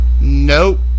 Nope